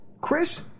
Chris